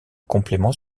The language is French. complément